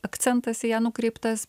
akcentas į ją nukreiptas